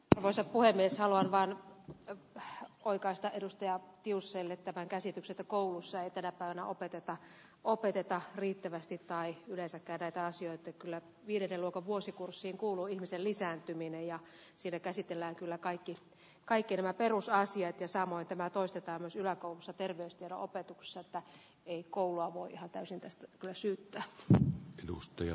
arvoisa puhemies aloin vaan vähä oikaista edustaja jusseille tämä käsitys että koulussa ei taidakaan opeteta opeteta riittävästi tai yleensä kerätä asioitten kyllä vireille lukuvuosikurssi kuulu ihmisen lisääntyminen ja sitä käsitellään kyllä kaikki kaikki nämä perusasiat ja samoin tämä toistetaan sillä koulussa terveystiedon opetukselta ei koulua voi ihan täysin tästä voi syyttää edustaja